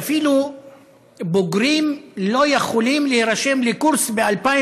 אפילו בוגרים לא יכולים להירשם לקורס ב-2018,